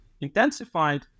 intensified